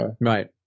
right